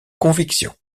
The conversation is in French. conviction